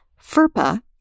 FERPA